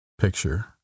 picture